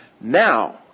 Now